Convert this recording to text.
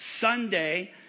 Sunday